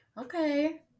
Okay